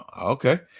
Okay